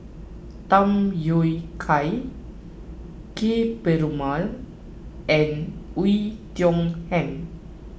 Tham Yui Kai Ka Perumal and Oei Tiong Ham